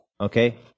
Okay